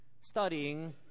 studying